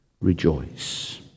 rejoice